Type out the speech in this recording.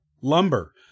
lumber